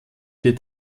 wird